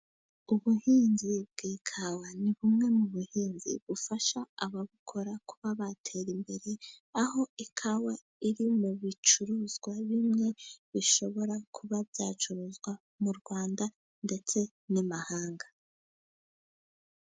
Ubuhinzi bw'ikawa ni bumwe mu buhinzi bufasha ababukora kuba batera imbere, aho ikawa iri mu bicuruzwa bimwe bishobora kuba byacuruzwa mu Rwanda ndetse n'amahanga.